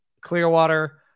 Clearwater